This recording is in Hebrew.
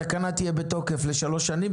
התקנה תהיה בתוקף לשלוש שנים,